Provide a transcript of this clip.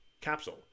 capsule